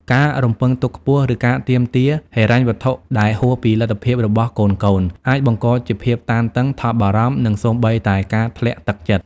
ការរំពឹងទុកខ្ពស់ ឬការទាមទារហិរញ្ញវត្ថុដែលហួសពីលទ្ធភាពរបស់កូនៗ អាចបង្កជាភាពតានតឹង ថប់បារម្ភ និងសូម្បីតែការធ្លាក់ទឹកចិត្ត។